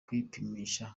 kwipimisha